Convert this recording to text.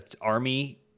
army